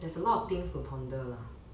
there's a lot of things to ponder lah